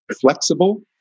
flexible